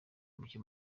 muke